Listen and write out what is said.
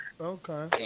okay